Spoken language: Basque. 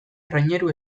traineru